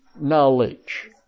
knowledge